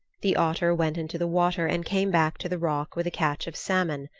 the otter went into the water and came back to the rock with a catch of salmon.